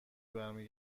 برمی